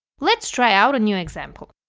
let's try out a new example.